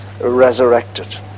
resurrected